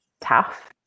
tough